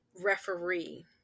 referee